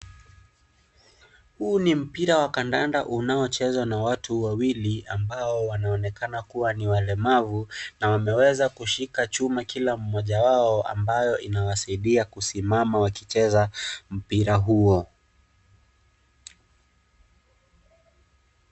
Huu ni mpira wa kandanda unaochezwa na watu wawili ambao wanaonekana kuwa ni walemavu, na wameweza kushika chuma kila mmoja wao ambayo inawasaidia kusimama wakicheza mpira huo.